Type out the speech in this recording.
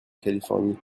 californie